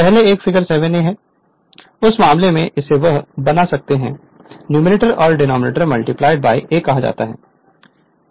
पहले एक figure 7 a है उस मामले में इसे वह बना सकते हैं जिसे न्यूमैरेटर और डिनॉमिनेटर मल्टीप्लाई बाय a कहा जाता है